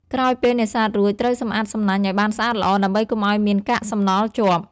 ក្រោយពេលនេសាទរួច ត្រូវសម្អាតសំណាញ់ឲ្យបានស្អាតល្អ ដើម្បីកុំឲ្យមានកាកសំណល់ជាប់។